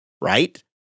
right